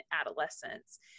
adolescents